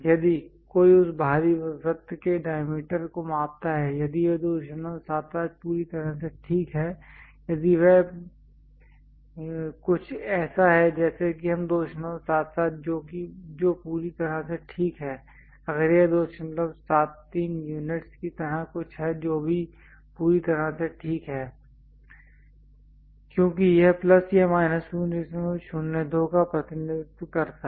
यदि कोई उस बाहरी वृत्त के डायमीटर को मापता है यदि वह 275 पूरी तरह से ठीक है यदि वह कुछ ऐसा है जैसे कि हम 277 जो पूरी तरह से ठीक है अगर यह 273 यूनिट्स की तरह कुछ है जो भी पूरी तरह से ठीक है क्योंकि यह प्लस या माइनस 002 का प्रतिनिधित्व करता है